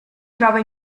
trova